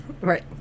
Right